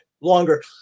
longer